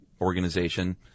organization